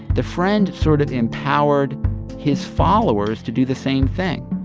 the friend sort of empowered his followers to do the same thing.